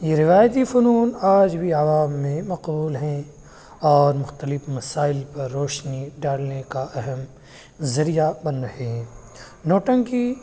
یہ روایتی فنون آج بھی عوام میں مقبول ہیں اور مختلب مسائل پر روشنی ڈالنے کا اہم ذریعہ بن رہے ہیں نوٹنکی